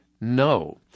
no